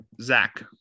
Zach